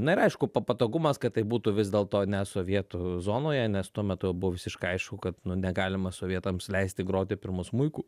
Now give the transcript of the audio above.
na ir aišku patogumas kad tai būtų vis dėlto ne sovietų zonoje nes tuo metu jau buvo visiškai aišku kad negalima sovietams leisti groti pirmu smuiku